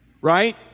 Right